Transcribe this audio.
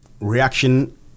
Reaction